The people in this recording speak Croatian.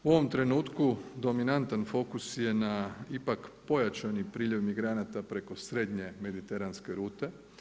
U ovom trenutku dominantan fokus je na ipak pojačani priljev migranata preko srednje mediteranske rute.